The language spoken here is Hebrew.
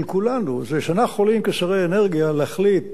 יכולים כשרי אנרגיה להחליט מה שנחליט,